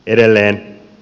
edelleen